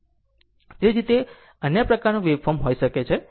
એ જ રીતે અન્ય પ્રકારનું વેવફોર્મ હોઈ શકે છે